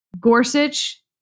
Gorsuch